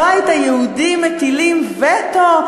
הבית היהודי מטילים וטו.